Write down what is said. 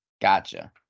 Gotcha